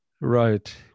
right